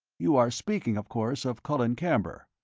you are speaking, of course, of colin camber?